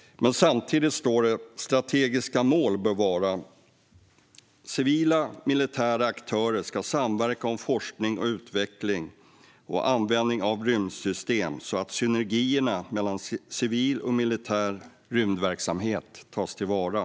Men samtidigt står det att ett strategiskt mål bör vara att civila och militära aktörer ska samverka om forskning och utveckling och användning av rymdsystem så att synergierna mellan civil och militär rymdverksamhet tas till vara.